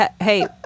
hey